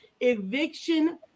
eviction